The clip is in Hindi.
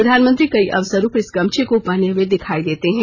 प्रधानमंत्री कई अवसरों पर इस गमछे को पहने हुए दिखाई देते हैं